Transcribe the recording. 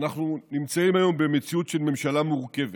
אנחנו נמצאים היום במציאות של ממשלה מורכבת,